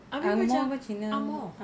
abeh macam angmoh